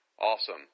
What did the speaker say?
Awesome